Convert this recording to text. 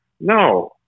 No